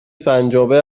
سنجابه